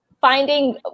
finding